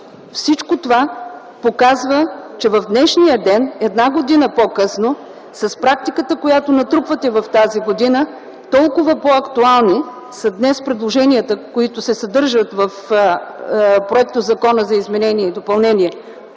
всичко това показва, че в днешния ден – една година по-късно, и с практиката, която натрупвате в тази година, толкова по-актуални са днес предложенията, които се съдържат в Проектозакона за изменение и допълнение